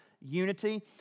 unity